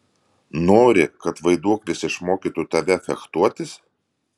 nori kad vaiduoklis išmokytų tave fechtuotis